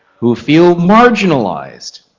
who feel marginalize?